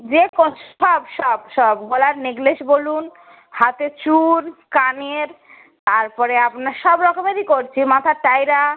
যে সব সব সব গলার নেকলেস বলুন হাতে চূড় কানের তার পরে আপনার সব রকমেরই করছি মাথার টায়রা